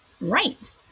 right